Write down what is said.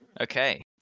Okay